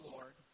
Lord